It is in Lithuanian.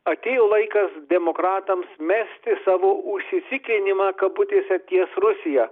atėjo laikas demokratams mesti savo užsisikinimą kabutėse ties rusija